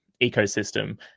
ecosystem